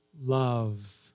love